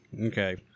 Okay